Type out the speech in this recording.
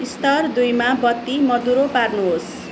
स्तर दुईमा बत्ती मधुरो पार्नुहोस्